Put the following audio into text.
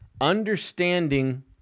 understanding